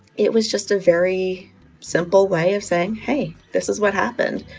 it was just a very simple way of saying, hey, this is what happened.